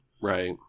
right